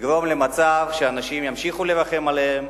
לגרום למצב שאנשים ימשיכו לרחם עליהם.